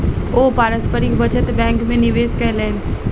ओ पारस्परिक बचत बैंक में निवेश कयलैन